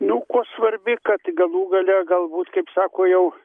nu kuo svarbi kad galų gale galbūt kaip sako jau